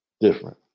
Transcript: different